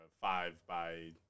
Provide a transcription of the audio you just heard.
five-by